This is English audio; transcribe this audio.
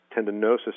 tendinosis